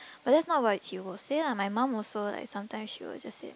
but that's not what he will say lah my mum also like sometimes she will just say